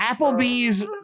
Applebee's